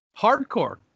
Hardcore